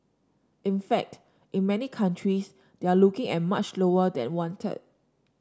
in fact in many countries they are looking at much lower than one third